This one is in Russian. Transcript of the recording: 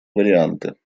варианты